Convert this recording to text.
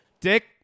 Dick